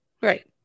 Right